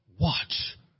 Watch